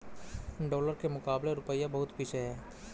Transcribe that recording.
dollar के मुकाबले रूपया बहुत पीछे है